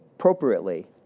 appropriately